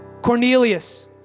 Cornelius